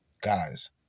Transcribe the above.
guys